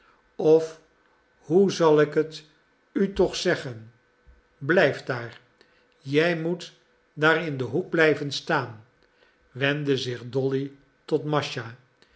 of hoe zal ik het u toch zeggen blijf daar jij moet daar in den hoek blijven staan wendde zich dolly tot mascha